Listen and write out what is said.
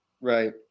Right